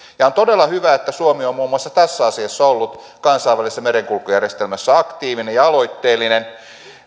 on todella hyvä että suomi on muun muassa tässä asiassa ollut kansainvälisessä merenkulkujärjestelmässä aktiivinen ja aloitteellinen